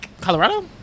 Colorado